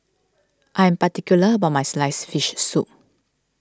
I am particular about my Sliced Fish Soup